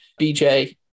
BJ